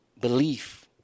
belief